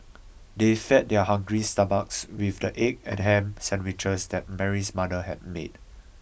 they fed their hungry stomachs with the egg and ham sandwiches that Mary's mother had made